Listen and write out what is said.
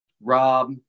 Rob